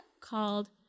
called